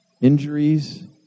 injuries